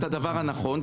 את הדבר הנכון,